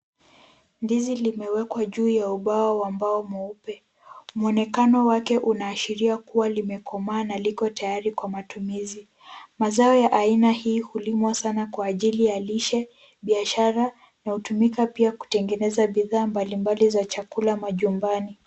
Ndizi limewekwa juu ya bao la mbao mweupe, mwonekano wake linaonekana kuwa limekomaa na likotayari kwa matumizi. Mazao ya aina hii hulimwa sana kwa ajili ya lishe, biashara na hutumika pia kutengeneza bidhaa mbalimbali za chakula majumbani.